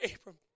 Abram